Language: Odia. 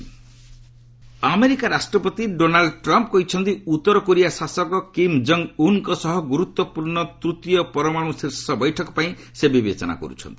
ୟୁଏସ୍ ଏନ୍ କୋରିଆ ଆମେରିକା ରାଷ୍ଟ୍ରପତି ଡୋନାଲ୍ଚ ଟ୍ରମ୍ପ୍ କହିଛନ୍ତି ଉତ୍ତର କୋରିଆ ଶାସକ କିମ୍ ଜଙ୍ଗ୍ ଉନ୍ଙ୍କ ସହ ଗୁରୁତ୍ୱପୂର୍ଣ୍ଣ ତୃତୀୟ ପରମାଣୁ ଶୀର୍ଷ ବୈଠକ ପାଇଁ ସେ ବିବେଚନା କରୁଛନ୍ତି